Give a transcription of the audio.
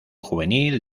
juvenil